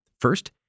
First